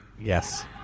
Yes